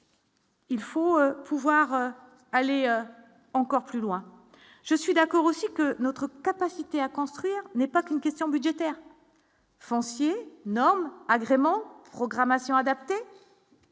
Il faut pouvoir aller encore plus loin, je suis d'accord aussi que notre capacité à construire n'est pas qu'une question budgétaire. Foncier norme agrément programmation adaptée.